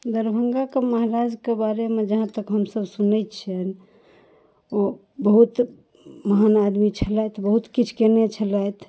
दरभङ्गाके महाराजके बारेमे जहाँ तक हमसभ सुनै छिअनि ओ बहुत महान आदमी छलथि बहुत किछु कएने छलथि